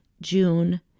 June